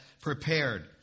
prepared